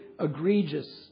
egregious